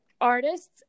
artists